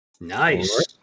Nice